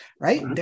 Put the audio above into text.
right